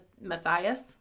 Matthias